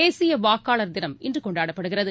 தேசிய வாக்காளர் தினம் இன்று கொண்டாடப்படுகிறது